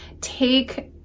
take